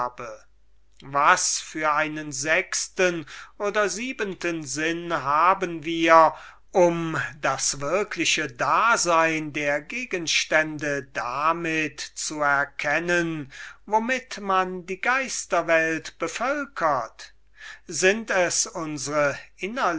was für einen sechsten oder siebenten sinn haben wir um die würklichkeit der gegenstände damit zu erkennen womit man die geisterwelt bevölkert sind es unsre